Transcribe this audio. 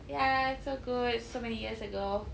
ya it's so good so many years ago